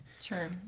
Sure